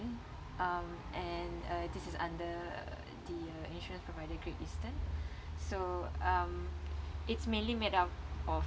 um and uh this is under the uh insurance provider great eastern so um it's mainly made up of